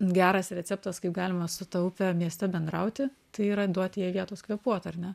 geras receptas kaip galima su ta upe mieste bendrauti tai yra duot jai vietos kvėpuot ar ne